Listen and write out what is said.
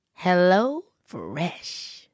HelloFresh